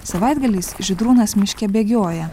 savaitgaliais žydrūnas miške bėgioja